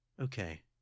Okay